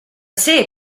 see